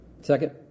Second